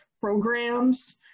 programs